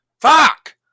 Fuck